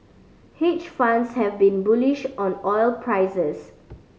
hedge funds have been bullish on oil prices